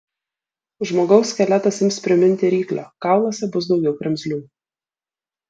žmogaus skeletas ims priminti ryklio kauluose bus daugiau kremzlių